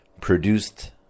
produced